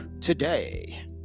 today